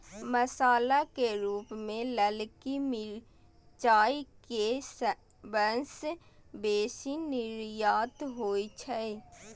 मसाला के रूप मे ललकी मिरचाइ के सबसं बेसी निर्यात होइ छै